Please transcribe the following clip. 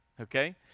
okay